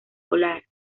volar